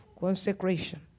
consecration